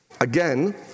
Again